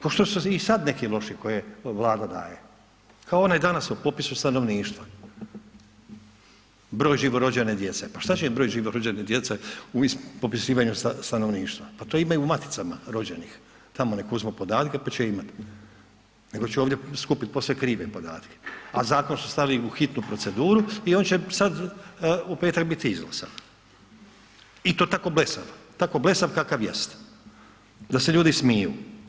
Ko što su i sad neki loši koje Vlada daje kao onaj danas o popisu stanovništva, broj živorođene djece, pa šta će im broj živorođene djece u popisivanju stanovništva, pa to imaju u maticama rođenih, tamo nek uzmu podatke pa će imat nego će ovdje skupit posve krive podatke a zakon su stavili u hitnu proceduru i on će sad u petak biti izglasan i to tako blesav, tako blesav kakav jest, da se ljudi smiju.